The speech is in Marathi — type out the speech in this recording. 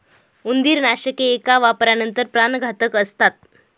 उंदीरनाशके एका वापरानंतर प्राणघातक असतात